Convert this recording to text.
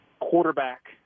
quarterback